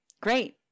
great